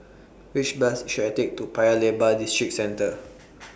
Which Bus should I Take to Paya Lebar Districentre